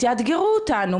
תאתגרו אותנו,